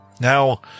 Now